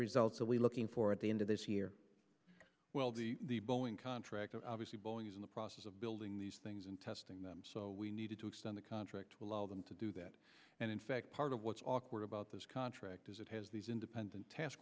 results are we looking for at the end of this year the boeing contractor obviously boeing is in the process of building these things and testing them so we need to extend the contract will allow them to do that and in fact part of what's awkward about this contract is it has these independent task